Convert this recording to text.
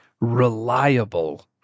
reliable